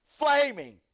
Flaming